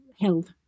health